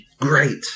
Great